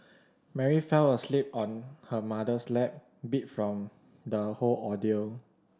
Mary fell asleep on her mother's lap beat from the whole ordeal